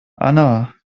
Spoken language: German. anna